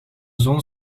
zon